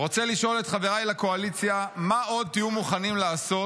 רוצה לשאול את חבריי לקואליציה מה עוד תהיו מוכנים לעשות,